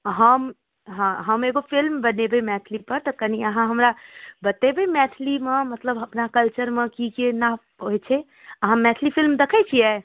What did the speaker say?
हम हँ हम एगो फिलिम बनेबै मैथिलीपर तऽ कनि अहाँ हमरा बतेबै मैथिलीमे मतलब अपना कल्चरमे कि कोना होइ छै अहाँ मैथिली फिलिम देखै छिए